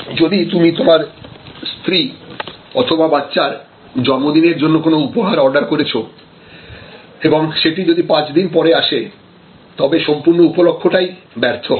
যদি তুমি তোমার স্ত্রী অথবা বাচ্চার জন্মদিনের জন্য কোন উপহার অর্ডার করেছ এবং সেটি যদি পাঁচ দিন পরে আসে তবে সম্পূর্ণ উপলক্ষটাই ব্যর্থ হবে